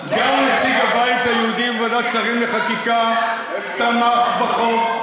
גם נציג הבית היהודי בוועדת השרים לחקיקה תמך בחוק.